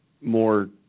more